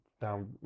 down